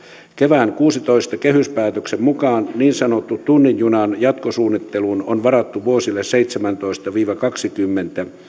kevään kuudentoista kehyspäätöksen mukaan niin sanotun tunnin junan jatkosuunnitteluun on varattu vuosille seitsemäntoista viiva kaksikymmentä